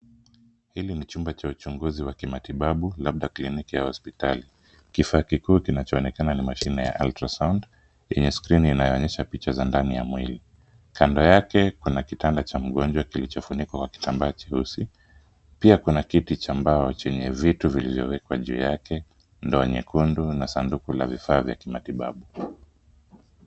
Hili ni chumba cha uchunguzi wa kimatibabu labda kliniki au hospitali, kifaa kikuu kinachoonekana ni mashini ya ultrasound yenye skrini inayoonyesha picha za ndani ya mwili, kando yake kuna kitanda cha mgonjwa kilichofunikwa kwa kitambaa cheusi pia kuna kiti cha mbao chenye vitu vilivyowekwa juu yake ndoo nyekundu na sanduku la vifaa vya kimatibabu.